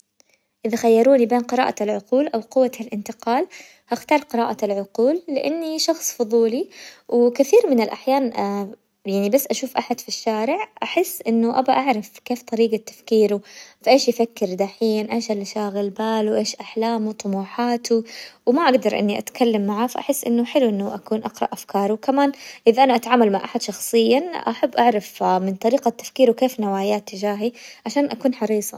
اذا خيروا لي بين قراءة العقول او قوة الانتقال، اختار قراءة العقول لاني شخص فضولي وكثير من الاحيان يعني بس اشوف احد في الشارع احس انه ابا اعرف كيف طريقة تفكيره، فايش يفكر دحين؟ ايش اللي شاغل باله؟ وايش طموحاته? وما اقدر اني اتكلم معاه، فاحس انه حلو انه اكون اقرأ افكاره، وكمان اذا انا اتعامل مع احد شخصيا احب اعرف من طريقة تفكيره كيف نواياه تجاهي عشان اكون حريصة.